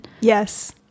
Yes